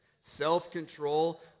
self-control